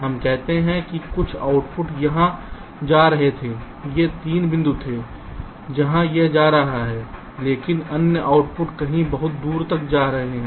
हम कहते हैं कि कुछ आउटपुट यहां जा रहे थे ये 3 बिंदु थे जहां यह जा रहा है लेकिन अन्य आउटपुट कहीं बहुत दूर तक जा रहे थे